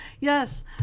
Yes